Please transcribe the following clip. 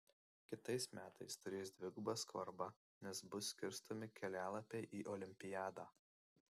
kitais metais turės dvigubą svarbą nes bus skirstomi kelialapiai į olimpiadą